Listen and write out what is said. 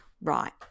right